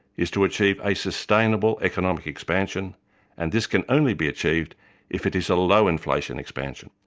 is to achieve a sustainable economic expansion and this can only be achieved if it is a low inflation expansion.